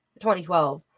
2012